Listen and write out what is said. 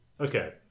Okay